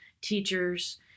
teachers